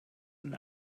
and